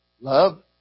Love